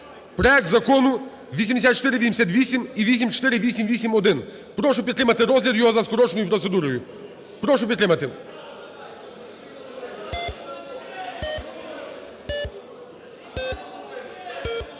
проект Закону 8488 і 8488-1. Прошу підтримати розгляд його за скороченою процедурою. Прошу підтримати.